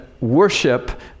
worship